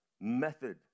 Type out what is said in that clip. method